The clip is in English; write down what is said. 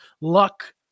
luck